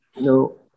No